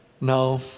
No